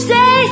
Say